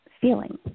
feeling